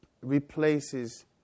replaces